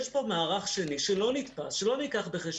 יש פה מערך שני שלא נילקח בחשבון,